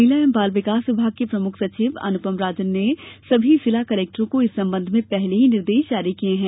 महिला बाल विकास विभाग के प्रमुख सचिव अनुपम राजन ने सभी जिला कलेक्टरों को इस सम्बन्ध में पहले ही निर्देश जारी किये हैं